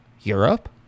Europe